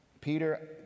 Peter